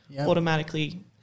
automatically